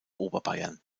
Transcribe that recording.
oberbayern